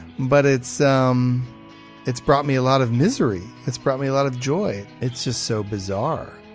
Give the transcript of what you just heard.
but it's um it's brought me a lot of misery. it's brought me a lot of joy. it's just so bizarre.